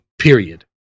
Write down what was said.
period